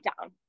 down